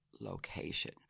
location